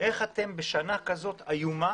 "איך בשנה כזו איומה